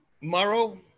morrow